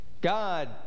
God